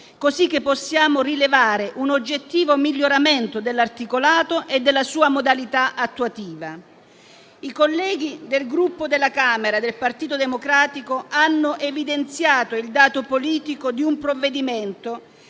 così che possiamo rilevare un oggettivo miglioramento dell'articolato e della sua modalità attuativa. I colleghi della Camera del Gruppo Partito Democratico hanno evidenziato il dato politico di un provvedimento